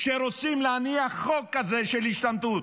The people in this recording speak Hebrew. כשרוצים להניח חוק כזה של השתמטות?